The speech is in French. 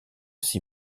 six